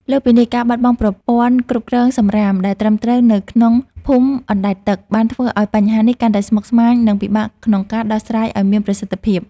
លើសពីនេះ ការបាត់បង់ប្រព័ន្ធគ្រប់គ្រងសម្រាមដែលត្រឹមត្រូវនៅក្នុងភូមិអណ្តែតទឹក បានធ្វើឱ្យបញ្ហានេះកាន់តែស្មុគស្មាញ និងពិបាកក្នុងការដោះស្រាយឱ្យមានប្រសិទ្ធភាព។